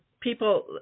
people